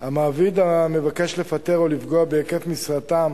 מעביד המבקש לפטר או לפגוע בהיקף משרתם